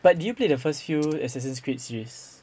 but do you play the first few assassin's creed series